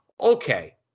okay